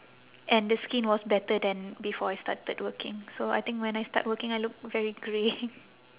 and the skin was better than before I started working so I think when I start working I look very grey